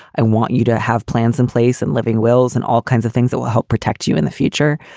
i want you to have plans in place and living wills and all kinds of things that will help protect you in the future.